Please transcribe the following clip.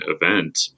event